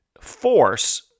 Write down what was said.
force